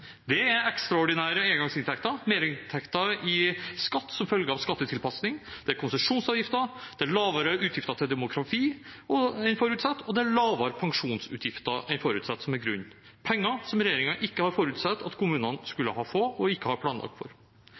Det er ekstraordinære engangsinntekter, merinntekter i skatt som følge av skattetilpasning, det er konsesjonsavgifter, det er lavere utgifter til demografi enn forutsatt og det er lavere pensjonsutgifter enn forutsatt som er grunnen – penger som regjeringen ikke har forutsatt at kommunene skulle ha fått og ikke ha planlagt for.